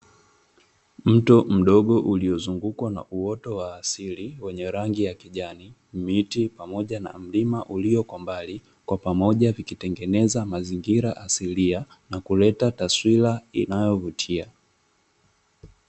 Mto mdogo uliozungukwa na uoto wa asili, wenye rangi ya kijani, miti pamoja na mlima ulio kwa mbali, kwa pamoja vikitengeneza mazingira asilia na kuleta taswira inayovutia.